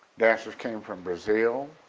dancers came from brazil,